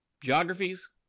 geographies